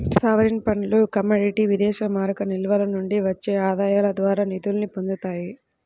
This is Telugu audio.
సావరీన్ ఫండ్లు కమోడిటీ విదేశీమారక నిల్వల నుండి వచ్చే ఆదాయాల ద్వారా నిధుల్ని పొందుతాయి